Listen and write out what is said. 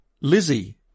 Lizzie